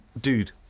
Dude